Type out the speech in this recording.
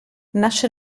nasce